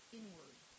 inward